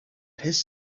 his